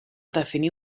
definir